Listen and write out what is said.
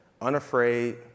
unafraid